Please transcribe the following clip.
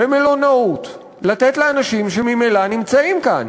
במלונאות, לתת לאנשים שממילא נמצאים כאן.